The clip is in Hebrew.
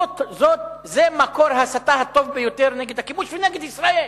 זה מקור ההסתה הטוב ביותר נגד הכיבוש ונגד ישראל